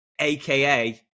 aka